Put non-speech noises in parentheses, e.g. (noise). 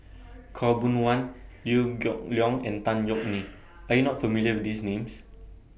(noise) Khaw Boon Wan Liew Geok Leong and Tan Yeok Nee Are YOU not familiar with These Names